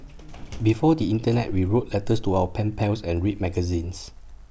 before the Internet we wrote letters to our pen pals and read magazines